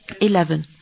eleven